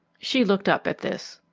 she looked up at this.